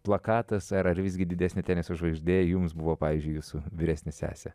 plakatas ar ar visgi didesnė teniso žvaigždė jums buvo pavyzdžiui jūsų vyresnė sesė